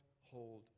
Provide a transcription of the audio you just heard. hold